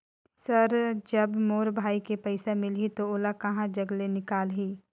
Sir जब मोर भाई के पइसा मिलही तो ओला कहा जग ले निकालिही?